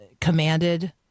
commanded